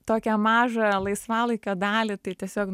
tokią mažą laisvalaikio dalį tai tiesiog